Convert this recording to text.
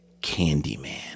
Candyman